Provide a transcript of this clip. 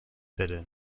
hidden